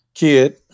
kid